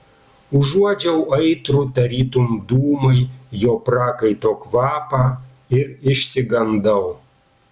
užuodžiau aitrų tarytum dūmai jo prakaito kvapą ir išsigandau